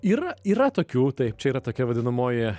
yra yra tokių tai čia yra tokia vadinamoji